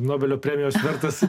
nobelio premijos vertas